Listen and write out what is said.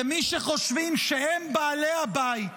כמי שחושבים שהם בעלי הבית.